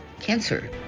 Cancer